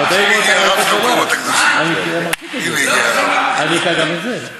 אבל תן לי לגמור, אני אקרא גם את זה.